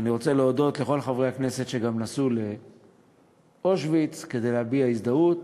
ואני רוצה להודות לכל חברי הכנסת שגם נסעו לאושוויץ כדי להביע הזדהות